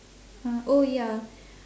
uh oh ya